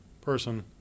person